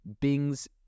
Bing's